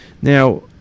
Now